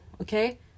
okay